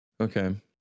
okay